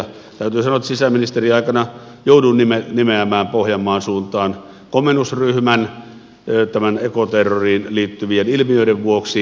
täytyy sanoa että sisäministeriaikana jouduin nimeämään pohjanmaan suuntaan komennusryhmän tähän ekoterroriin liittyvien ilmiöiden vuoksi